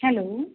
hello